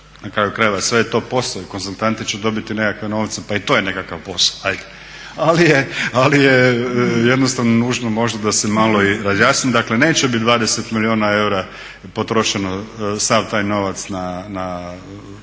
Na kraju krajeva sve je to posao i konzultanti će dobiti nekakve novce pa i to je nekakav posao, ajde. Ali je jednostavno nužno možda da malo razjasnim. Dakle, neće biti 20 milijuna eura potrošen sav taj novac u